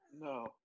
No